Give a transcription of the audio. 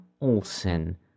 Olson